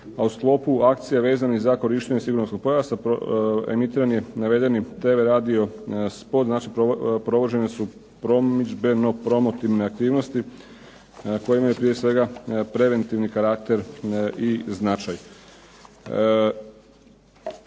a u sklopu akcije vezanih za korištenje sigurnosnog pojasa emitiran je navedeni TV radio spot, znači provođene su promidžbeno-promotivne aktivnosti kojima je prije svega preventivni karakter i značaj.